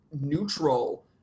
neutral